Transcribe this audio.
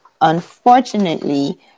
Unfortunately